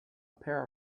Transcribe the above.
pair